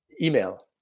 Email